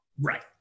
Right